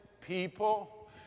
people